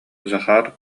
захар